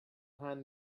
hand